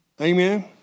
Amen